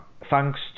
Thanks